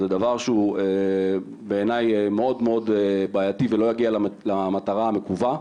זה דבר שהוא בעיניי מאוד מאוד בעייתי ולא יגיע למטרה המקווה.